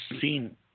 seen